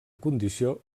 condició